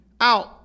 out